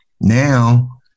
Now